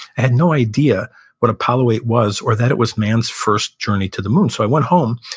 had no idea what apollo eight was or that it was man's first journey to the moon so i went home,